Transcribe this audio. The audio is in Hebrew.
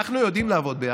אנחנו יודעים לעבוד ביחד.